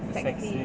sexist